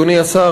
אדוני השר,